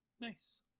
Nice